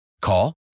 Call